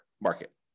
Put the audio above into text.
market